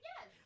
Yes